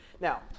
Now